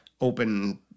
open